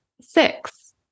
six